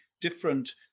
different